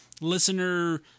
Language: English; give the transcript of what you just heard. listener